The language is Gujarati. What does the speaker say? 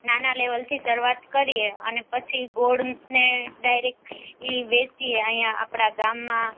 નાના લેવલથી શરૂઆત કરીએ અને પછી ગોળને ડાઈરેક્ટ ઈ વેચીએ અહીંયા આપડા ગામમાં